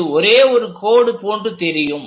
இது ஒரே ஒரு கோடு போன்று தெரியும்